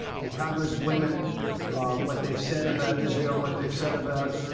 the congress women what they've said about israel what they've said about?